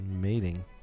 mating